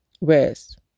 Rest